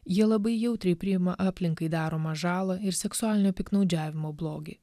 jie labai jautriai priima aplinkai daromą žalą ir seksualinio piktnaudžiavimo blogį